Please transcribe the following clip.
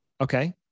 Okay